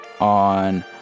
on